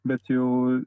bet jau